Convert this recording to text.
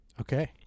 Okay